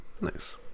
Nice